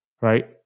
right